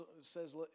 says